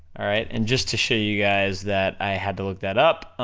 alright, and just to show you guys that i had to look that up,